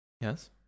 Yes